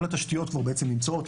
כל התשתיות כבר בעצם נמצאות,